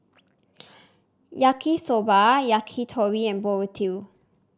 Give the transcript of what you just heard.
Yaki Soba Yakitori and Burrito